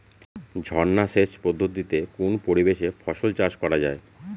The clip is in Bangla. ঝর্না সেচ পদ্ধতিতে কোন পরিবেশে ফসল চাষ করা যায়?